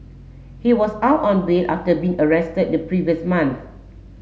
he was out on bail after being arrested the previous month